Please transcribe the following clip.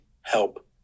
help